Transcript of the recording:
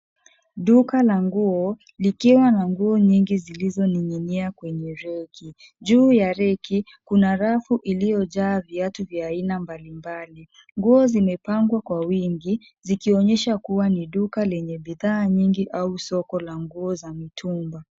Duka la nguo likiwa na nguo nyingi zilizoning'inia kwenye reki. Juu ya reki, kuna rafu iliyojaa viatu vya aina mbalimbali. Nguo zimepangwa kwa wingi, zikionyesha kuwa ni duka lenye bidhaa nyingi au soko la nguo za mitumba.